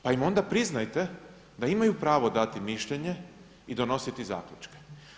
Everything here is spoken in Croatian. Pa im onda priznajte da imaju prvo dati mišljenje i donositi zaključke.